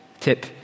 tip